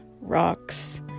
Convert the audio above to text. rocks